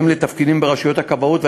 מהם לתפקידים ברשויות הכבאות,